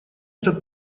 этот